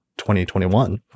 2021